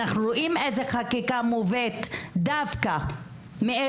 אנחנו רואים איזו חקיקה מובאת דווקא על ידי